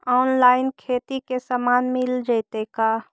Online खेती के सामान मिल जैतै का?